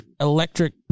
electric